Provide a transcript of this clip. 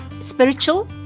spiritual